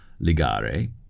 ligare